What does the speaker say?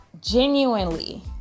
Genuinely